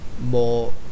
more